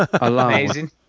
Amazing